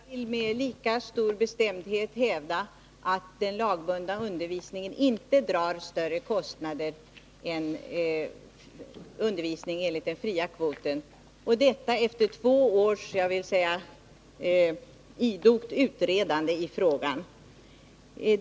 Fru talman! Jag vill med lika stor bestämdhet hävda att den lagbundna undervisningen inte drar större kostnader än undervisning enligt den fria kvoten, och detta efter två års idogt — jag vill säga så — utredande i frågan.